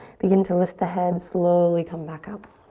begin to lift the head, slowly come back up.